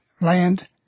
land